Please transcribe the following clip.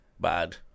bad